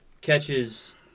catches